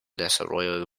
desarrollo